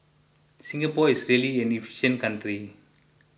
Singapore is really an efficient country